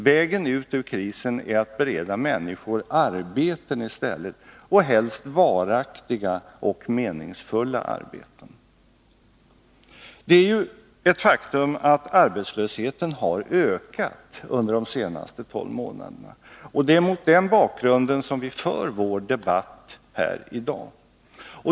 Vägen ut ur krisen är att bereda människor arbeten i stället, och helst varaktiga och meningsfulla arbeten. Det är ju ett faktum att arbetslösheten har ökat under de senaste tolv månaderna, och det är mot den bakgrunden som vi för vår debatt här i dag.